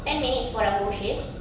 ten minutes for the whole shift